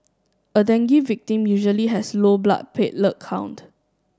a dengue victim usually has low blood platelet count